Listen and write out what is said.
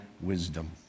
wisdom